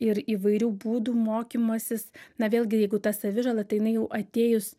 ir įvairių būdų mokymasis na vėlgi jeigu ta savižala tai jinai jau atėjus